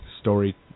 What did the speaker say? story